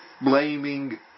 blaming